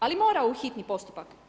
Ali mora u hitni postupak.